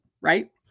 Right